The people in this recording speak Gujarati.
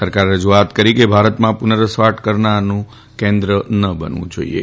સરકારે રજુઆત કરી હતી કે ભારતમાં પુનર્વસવાટ કરનારનું કેન્દ્ર ન બનવું જાઇએ